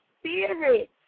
spirit